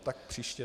Tak příště.